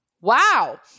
Wow